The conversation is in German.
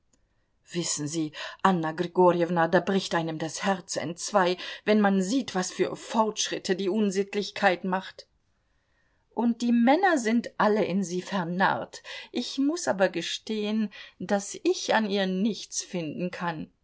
wissen sie anna grigorjewna da bricht einem das herz entzwei wenn man sieht was für fortschritte die unsittlichkeit macht und die männer sind alle in sie vernarrt ich muß aber gestehen daß ich an ihr nichts finden kann